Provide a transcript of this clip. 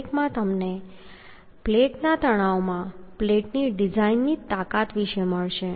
1 માં તમને પ્લેટના તણાવમાં પ્લેટની ડિઝાઇનની તાકાત વિશે મળશે